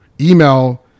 email